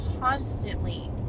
constantly